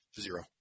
zero